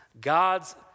God's